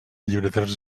llibreters